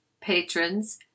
Patrons